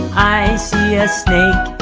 i see a snake.